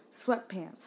Sweatpants